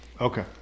Okay